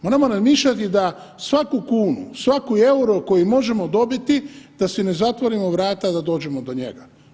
Moramo razmišljati da svaku kunu, svaki EUR-o koji možemo dobiti da si ne zatvorimo vrata, da dođemo do njega.